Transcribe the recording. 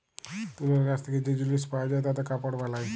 তুলর গাছ থেক্যে যে জিলিস পাওয়া যায় তাতে কাপড় বালায়